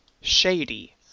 Shady